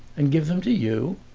and give them to you?